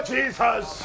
Jesus